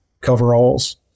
coveralls